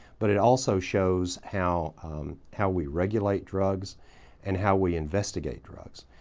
but it also shows how how we regulate drugs and how we investigate drugs.